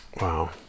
Wow